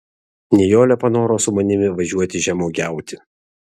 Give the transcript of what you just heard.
nijolė panoro su manimi važiuoti žemuogiauti